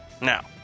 now